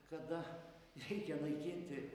kada reikia naikinti